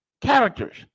characters